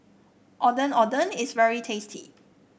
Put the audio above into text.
Ondeh Ondeh is very tasty